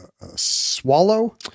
swallow